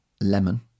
Lemon